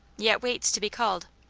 yet waits to be called.